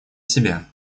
себе